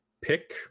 pick